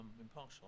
impartial